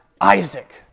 Isaac